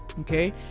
okay